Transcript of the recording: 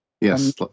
Yes